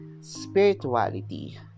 spirituality